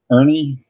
Ernie